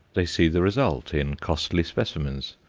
they see the result in costly specimens,